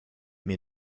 mir